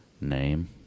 name